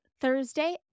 Thursday